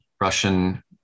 Russian